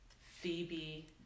Phoebe